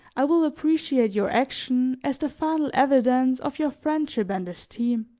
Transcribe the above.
i will appreciate your action as the final evidence of your friendship and esteem.